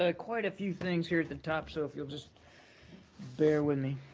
ah quite a few things here at the top, so if you'll just bear with me.